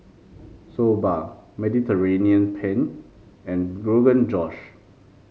Soba Mediterranean Penne and Rogan Josh